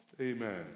Amen